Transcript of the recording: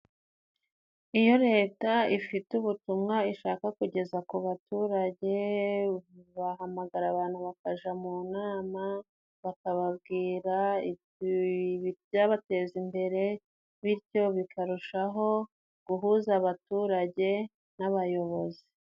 Iyo leta ifite ubutumwa ishaka kugeza ku baturage, bahamagara abantu bakaja mu nama, bakababwira ibyabateza imbere bityo bikarushaho guhuza abaturage n'abayobozi.